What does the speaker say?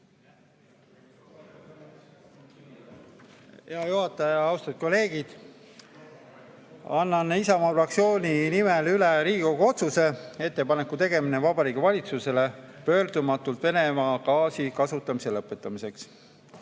Hea juhataja! Austatud kolleegid! Annan Isamaa fraktsiooni nimel üle Riigikogu otsuse "Ettepaneku tegemine Vabariigi Valitsusele pöördumatult Venemaa gaasi kasutamise lõpetamiseks".